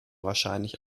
wahrscheinlich